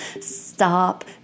Stop